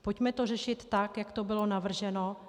Pojďme to řešit tak, jak to bylo navrženo.